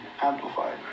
amplified